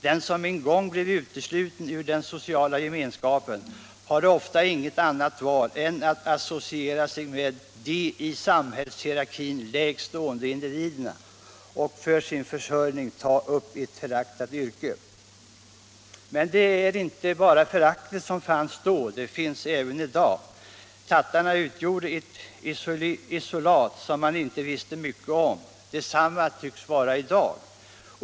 Den som en gång blev utesluten ur den sociala gemenskapen hade ofta inget annat val än att associera sig med de i samhällshierarkin lägst stående individerna och för sin försörjning ta upp ett föraktat yrke. Men det föraktet inte bara fanns, det finns där än i dag! Tattarna utgjorde ett isolat som man inte visste mycket om. Detsamma tycks gälla i dag.